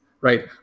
right